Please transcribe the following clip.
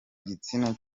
gitsina